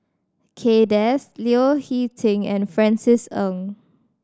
Kay Das Leo Hee Ting and Francis Ng